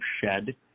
shed